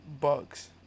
Bucks